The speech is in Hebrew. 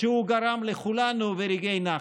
שהוא גרם לכולנו ורגעי נחת.